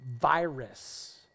virus